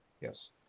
yes